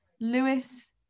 Lewis